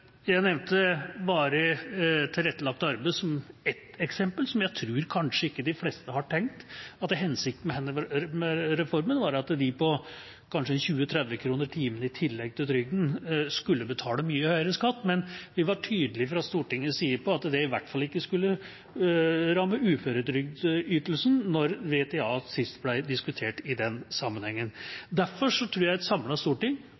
Jeg nevnte varig tilrettelagt arbeid som ett eksempel. Jeg tror kanskje ikke de fleste har tenkt at hensikten med reformen var at de med kanskje 20–30 kr/t i tillegg til trygden skulle betale mye høyere skatt, men en var tydelig fra Stortingets side på at det i hvert fall ikke skulle ramme uføretrygdytelsen, når VTA sist ble diskutert i den sammenhengen. Derfor tror jeg et samlet storting